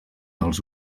els